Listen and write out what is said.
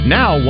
now